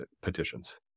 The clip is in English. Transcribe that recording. petitions